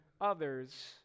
others